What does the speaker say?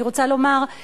אני רוצה לומר,